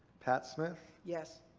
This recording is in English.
pat smith. yes.